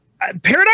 Paradise